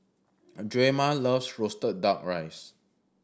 a Drema loves roasted Duck Rice